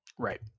Right